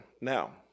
now